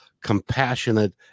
compassionate